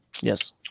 Yes